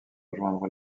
rejoindre